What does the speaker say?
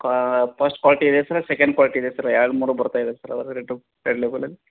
first ಕ್ವಾಲಿಟಿದೆ sir ಅದು second ಕ್ವಾಲಿಟಿದೆ ಸರ್ ಎರಡು ಮೂರು ಬರ್ತಾಯಿದೆ ಸರ್ ಅದೇ ರೇಟು ರೆಡ್ ಲೇಬಲಲ್ಲಿ